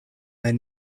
their